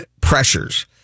pressures